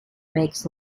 makes